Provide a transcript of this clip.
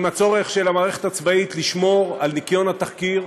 עם הצורך של המערכת הצבאית לשמור על ניקיון התחקיר,